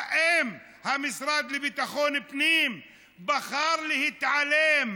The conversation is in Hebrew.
אם המשרד לביטחון פנים בחר להתעלם?